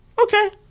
Okay